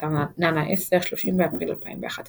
באתר nana10, 30 באפריל 2011